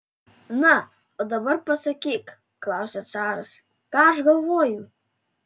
na o dabar pasakyk klausia caras ką aš galvoju